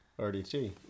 RDT